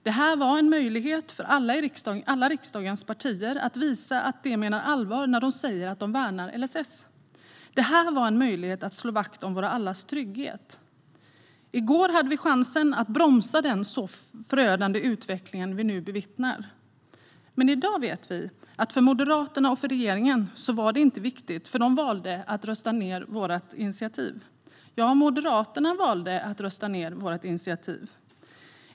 Det var en möjlighet för alla riksdagens partier att visa att de menar allvar när de säger att de värnar LSS. Det var en möjlighet att slå vakt om allas vår trygghet. I går hade vi chansen att bromsa den förödande utveckling vi nu bevittnar. Men i dag vet vi att för Moderaterna och för regeringen var det inte viktigt, för de valde att rösta ned vårt initiativ. Ja, Moderaterna valde att rösta ned vårt initiativ.